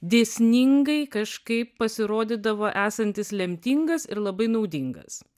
dėsningai kažkaip pasirodydavo esantis lemtingas ir labai naudingas